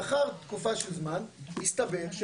לאחר תקופה של זמן הסתבר שהוא